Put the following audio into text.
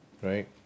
Right